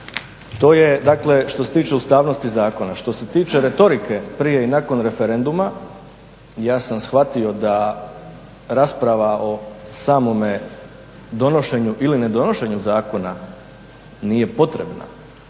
To je što se tiče ustavnosti zakona. Što se tiče retorike prije i nakon referenduma, ja sam shvatio da rasprava o samome donošenju ili ne donošenju zakona nije potrebna,